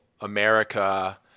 america